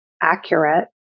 accurate